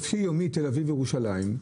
חופשי-יומי תל אביב לירושלים,